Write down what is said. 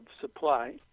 supply